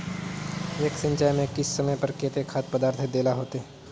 एक सिंचाई में किस समय पर केते खाद पदार्थ दे ला होते?